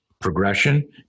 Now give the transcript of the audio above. progression